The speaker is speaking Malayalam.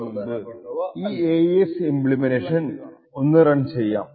ഇനി മുന്നോട്ടു പോകുന്നതിനു മുൻപ് ഈ AES ഇമ്പ്ലിമെൻറ്റേഷൻ ഒന്ന് റൺ ചെയ്യാം